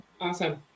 Awesome